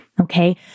okay